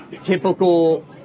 typical